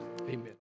amen